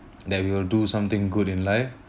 that we will do something good in life